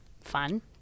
fun